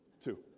Two